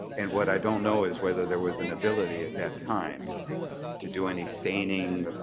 and what i don't know is whether there was an ability at that time to do any staining,